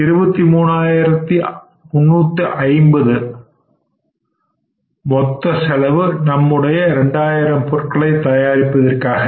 23 ஆயிரத்து 350 மொத்த செலவு நம்முடைய 2000 பொருட்களை தயாரிப்பதற்காக